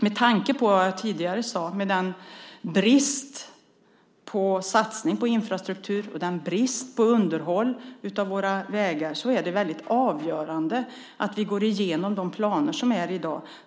Med tanke på bristen på satsningar på infrastruktur och underhåll av våra vägar är det avgörande att vi går igenom de planer som finns i dag.